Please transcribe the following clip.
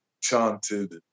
chanted